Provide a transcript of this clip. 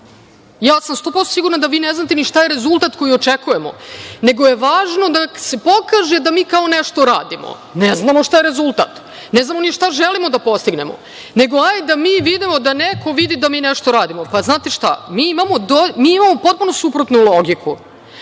Ja sam sto posto sigurna da vi ne znate šta je rezultat koji očekujemo, nego je važno da se pokaže da mi kao nešto radimo. Ne znamo šta je rezultat. Ne znamo ni šta želimo da postignemo, negde hajde da mi vidimo da neko vidi da mi nešto radimo. Znate šta, mi imamo potpuno suprotnu logiku.